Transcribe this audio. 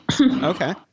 Okay